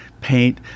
paint